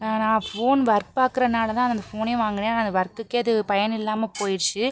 நான் phone work பார்க்குறனாலதான் நான் அந்த ஃபோனே வாங்கினேன் ஆனால் அந்த ஒர்க்குக்கே அது பயன் இல்லாமல் போயிருச்சு